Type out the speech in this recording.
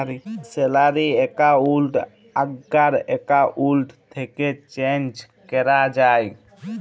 salary account আগ্কার account থ্যাকে change ক্যরা যায়